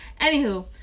Anywho